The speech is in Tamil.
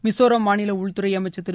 மிசோராம் மாநில உள்துறை அமைச்சர் திரு